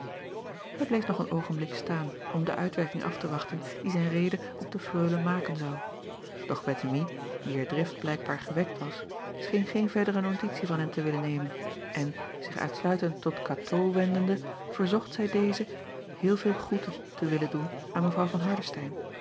ij bleef nog een oogenblik staan om de uitwerking af te wachten die zijn rede op de reule maken zou doch ettemie wier drift blijkbaar gewekt was scheen geen verdere notitie van hem te willen nemen en zich uitsluitend tot atoo wendende verzocht zij deze heel vele groeten te willen doen aan evrouw van